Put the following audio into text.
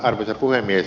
arvoisa puhemies